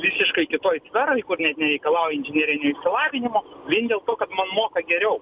visiškai kitoj sferoj kur net nereikalauja inžinerinio išsilavinimo vien dėl to kad man moka geriau